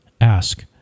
ask